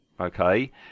okay